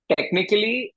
Technically